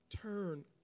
Turn